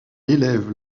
élève